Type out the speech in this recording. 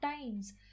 times